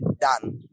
done